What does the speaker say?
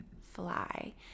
fly